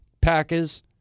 Packers